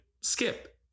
skip